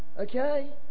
Okay